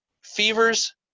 fevers